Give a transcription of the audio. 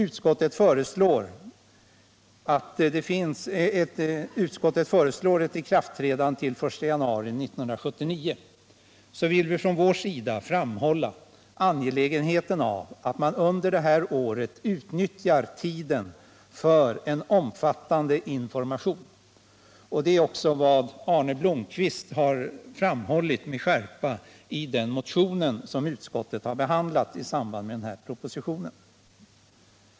Utskottet föreslår alltså ikraftträdande den 1 januari 1979. Vi vill då framhålla det angelägna i att man utnyttjar detta år till att ge en omfattande information. Det har också Arne Blomkvist med skärpa framhållit i sin motion, som utskottet behandlade i samband med denna proposition.